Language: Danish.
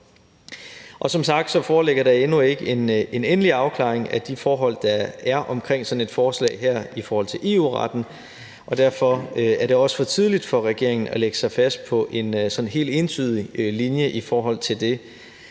Som sagt foreligger der endnu ikke en endelig afklaring af de forhold, der er omkring sådan et forslag her i forhold til EU-retten, og derfor er det også for tidligt for regeringen at lægge sig fast på en helt entydig linje i forhold til det,